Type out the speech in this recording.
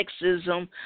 sexism